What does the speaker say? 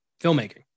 filmmaking